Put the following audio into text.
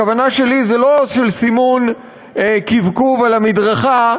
הכוונה שלי היא לא סימון מקווקוו על המדרכה,